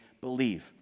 believe